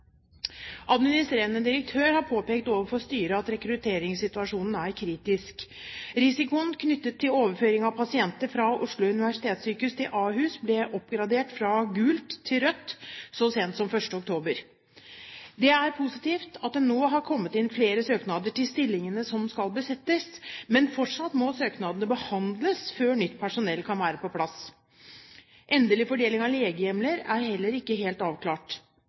Administrerende direktør har påpekt overfor styret at rekrutteringssituasjonen er kritisk. Risikoen knyttet til overføring av pasienter fra Oslo universitetssykehus til Ahus ble oppgradert fra gult til rødt så sent som 1. oktober. Det er positivt at det nå har kommet inn flere søknader til stillingene som skal besettes, men fortsatt må søknadene behandles før nytt personell kan være på plass. Endelig fordeling av legehjemler er heller ikke helt avklart.